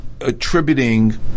attributing